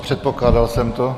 Předpokládal jsem to.